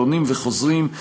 עלונים וחוזרים,